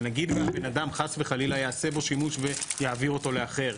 אבל נגיד והבן אדם חס וחלילה יעשה בו שימוש ויעביר אותו לאחר.